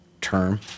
term